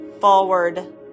forward